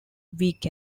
week